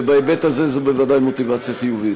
ובהיבט הזה, זו בוודאי מוטיבציה חיובית.